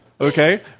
Okay